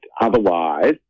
otherwise